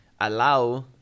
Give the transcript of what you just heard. allow